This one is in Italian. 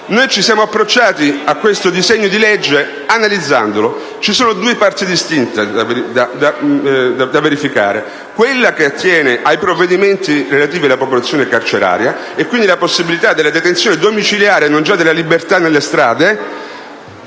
noi ci siamo approcciati al provvedimento in votazione analizzandolo. Vi sono due parti distinte da valutare: una è quella che attiene ai provvedimenti relativi alla popolazione carceraria e quindi alla possibilità della detenzione domiciliare (e non già della libertà nelle strade),